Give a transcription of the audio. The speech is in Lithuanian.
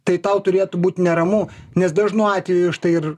tai tau turėtų būt neramu nes dažnu atveju štai ir